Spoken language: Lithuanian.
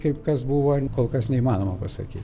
kaip kas buvo kol kas neįmanoma pasakyt